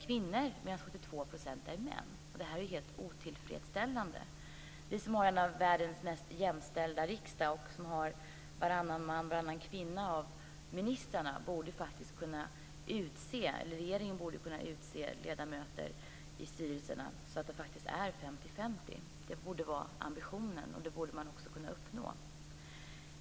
kvinnor, medan 72 % är män. Detta är helt otillfredsställande. Vi har ett av världens mest jämställda parlament, och varannan av ministrarna är kvinnor. Regeringen borde kunna utse ledamöter i de här styrelserna så att proportionerna blir 50-50. Detta borde vara ambitionen, och det borde också kunna uppnås.